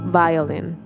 violin